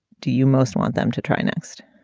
do you most want them to try next?